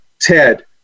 Ted